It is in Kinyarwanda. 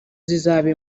zizaba